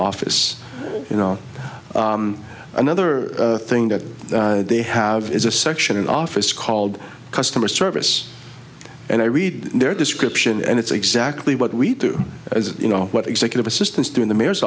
office you know another thing that they have is a section in office called customer service and i read their description and it's exactly what we do as you know what executive assistants do in the mayor's